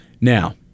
Now